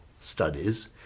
studies